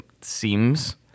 seems